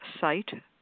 site